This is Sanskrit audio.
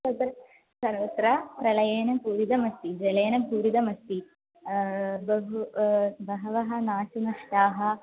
तत्र सर्वत्र प्रलयेन पूरितमस्ति जलेन पूरितमस्ति बहु बहवः नाचि नष्टाः